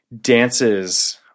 dances